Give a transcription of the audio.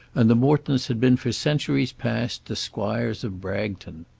and the mortons had been for centuries past the squires of bragton.